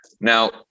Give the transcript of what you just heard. Now